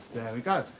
we go.